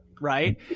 Right